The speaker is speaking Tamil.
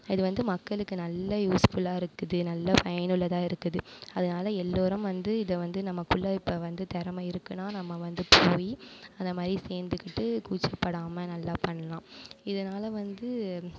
இது வந்து மக்களுக்கு நல்ல யூஸ்ஃபுல்லாகருக்குது நல்ல பயனுள்ளதாகருக்குது அதனால் எல்லோரும் வந்து இதை வந்து நமக்குள்ளே இப்போ வந்து திறமை இருக்குன்னா நம்ம வந்து போய் அதை மாதிரி சேர்ந்துக்கிட்டு கூச்ச படாம நல்லாபண்லாம் இதனால் வந்து